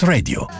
Radio